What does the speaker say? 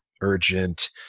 urgent